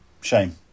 Shame